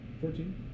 Fourteen